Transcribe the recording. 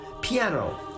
piano